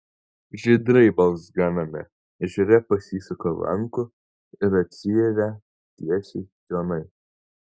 žydrai balzganame ežere pasisuka lanku ir atsiiria tiesiai čionai